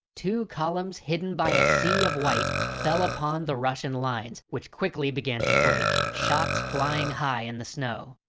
two columns hidden by a sea of white, fell upon the russian lines which quickly began to break. shots flying high in the snow.